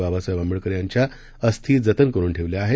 बाबासाहेब आंबेडकर यांच्या अस्थी जतन करून ठेवल्या आहेत